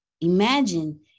imagine